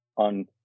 on